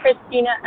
Christina